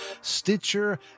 Stitcher